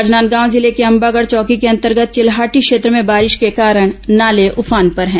राजनांदगांव जिले के अंबागढ़ चौकी के अंतर्गत चिल्हाटी क्षेत्र में बारिश के कारण नाले उफान पर हैं